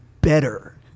better